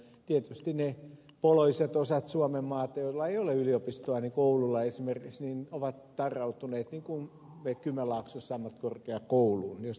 tietysti ne poloiset osat suomenmaata niin kuin kouvola esimerkiksi joilla ei ole yliopistoa ovat tarrautuneet niin kuin me kymenlaaksossa ammattikorkeakouluun